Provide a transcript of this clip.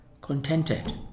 contented